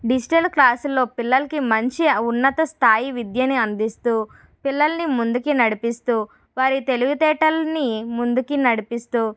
digital క్లాస్లో పిల్లలకి మంచి ఉన్నత స్థాయి విద్యను అందిస్తూ పిల్లలని ముందుకు నడిపిస్తూ వారి తెలివితేటలని ముందుకి నడిపిస్తూ